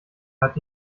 hat